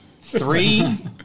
Three